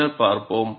பின்னர் பார்ப்போம்